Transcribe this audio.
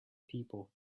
people